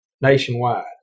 nationwide